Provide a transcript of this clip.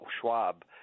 Schwab